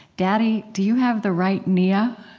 daddy, do you have the right niyyah?